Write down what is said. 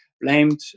blamed